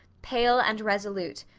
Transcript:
pale and resolute,